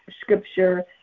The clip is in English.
scripture